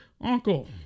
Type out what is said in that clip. uncle